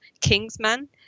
Kingsman